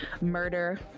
murder